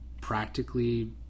practically